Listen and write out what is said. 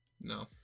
no